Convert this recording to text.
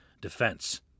defense